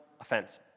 offense